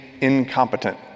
incompetent